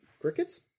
Crickets